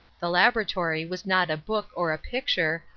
the laboratory was not a book, or a picture,